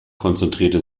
konzentrierte